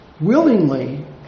willingly